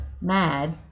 mad